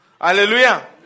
hallelujah